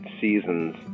seasons